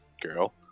girl